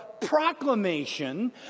proclamation